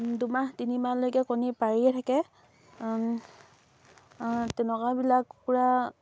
দুমাহ তিনিমাহলৈকে কণী পাৰিয়ে থাকে তেনেকুৱাবিলাক কুকুৰা